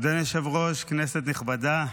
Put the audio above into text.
אדוני היושב-ראש, כנסת נכבדה,